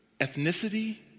ethnicity